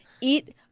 eat